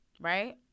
Right